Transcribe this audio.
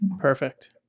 Perfect